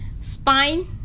spine